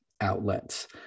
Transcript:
outlets